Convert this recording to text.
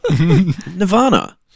Nirvana